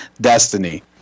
destiny